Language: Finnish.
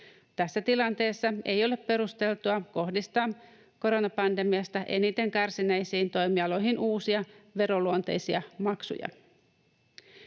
Tässä tilanteessa ei ole perusteltua kohdistaa koronapandemiasta eniten kärsineisiin toimialoihin uusia veroluonteisia maksuja.